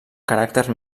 caràcter